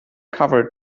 covered